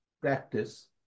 practice